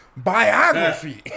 Biography